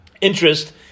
interest